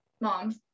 Mom